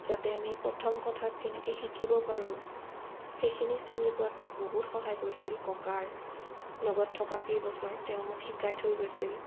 যাতে আমি প্ৰথম কথাত কেনেকৈ শিকিব পাৰোঁ সেইখিনি চিনি পোৱাত মোক বহুত সহায় কৰিছিল ককাৰ লগত থকা কেইবছৰ তেওঁ মোক শিকাই থৈ গৈছিল